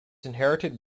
inherited